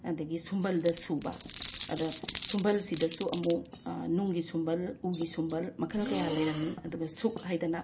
ꯑꯗꯒꯤ ꯁꯨꯝꯕꯜꯗ ꯁꯨꯕ ꯑꯗ ꯁꯨꯝꯕꯜꯁꯤꯗꯁꯨ ꯑꯃꯨꯛ ꯅꯨꯡꯒꯤ ꯁꯨꯝꯕꯜ ꯎꯒꯤ ꯁꯨꯝꯕꯜ ꯃꯈꯜ ꯀꯌꯥ ꯂꯩꯔꯝꯃꯤ ꯑꯗꯨꯒ ꯁꯨꯛ ꯍꯥꯏꯗꯅ